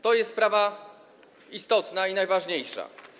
To jest sprawa istotna, najważniejsza.